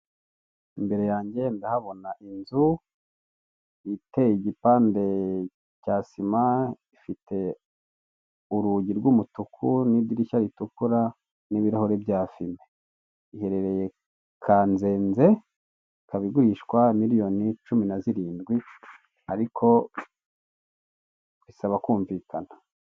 Imbere yange ndahabona inzu iteye igipande cya sima ifite urugi rw'umutuku n'idirishya ritukura n'ibirahure bya fime. Iherereye Kanzenze ikaba igurishwa miriyoni cumi na zirindwi ariko bisaba kumvikana.